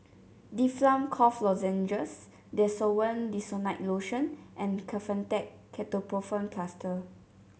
Difflam Cough Lozenges Desowen Desonide Lotion and Kefentech Ketoprofen Plaster